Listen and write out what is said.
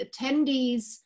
attendees